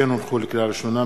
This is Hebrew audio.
לקריאה ראשונה,